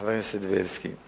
חבר הכנסת בילסקי.